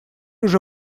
уже